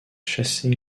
chassé